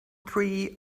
tree